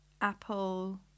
apple